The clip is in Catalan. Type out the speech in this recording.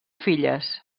filles